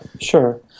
Sure